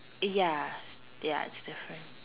ya ya it's different